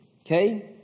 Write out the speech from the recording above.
Okay